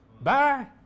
Bye